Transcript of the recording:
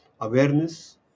awareness